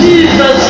Jesus